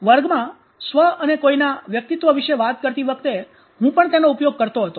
વર્ગમાં 'સ્વ' અને કોઈના વ્યક્તિત્વ વિશે વાત કરતી વખતે હું પણ તેનો ઉપયોગ કરતો હતો